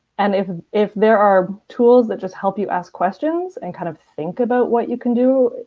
and if if there are tools that just help you ask questions and kind of think about what you can do,